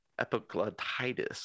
epiglottitis